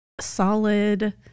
solid